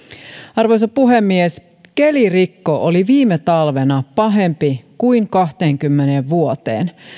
arvoisa puhemies kelirikko oli viime talvena pahempi kuin kahteenkymmeneen vuoteen